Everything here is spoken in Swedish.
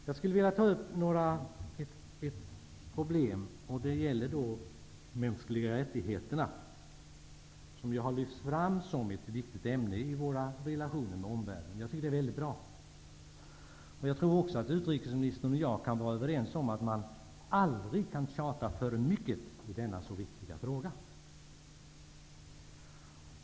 Jag skulle vilja ta upp ett problem, och det gäller de mänskliga rättigheterna, en fråga som ju lyfts fram som ett viktigt ämne i våra relationer med omvärlden. Jag tycker att det är väldigt bra. Jag tror att utrikesministern och jag kan vara överens om att man aldrig kan tjata för mycket i denna så viktiga fråga.